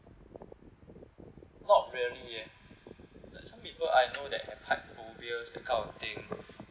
not really eh like some people I know that have height phobias to kind of thing